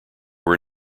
were